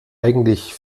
eigentlich